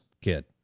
kid